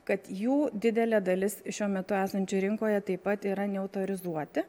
kad jų didelė dalis šiuo metu esančių rinkoje taip pat yra neautorizuoti